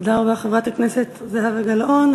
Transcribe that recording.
תודה רבה, חברת הכנסת זהבה גלאון.